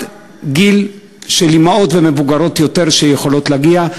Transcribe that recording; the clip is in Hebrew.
גיל של אימהות ומבוגרות יותר שיכולות להגיע.